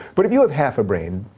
but if you have half a brain,